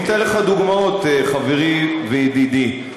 אני אתן לך דוגמאות, חברי וידידי.